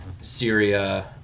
Syria